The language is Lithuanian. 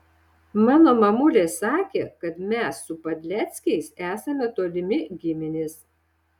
mano mamulė sakė kad mes su padleckiais esame tolimi giminės